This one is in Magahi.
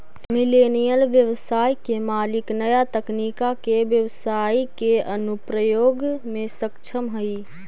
मिलेनियल व्यवसाय के मालिक नया तकनीका के व्यवसाई के अनुप्रयोग में सक्षम हई